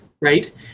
Right